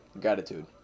gratitude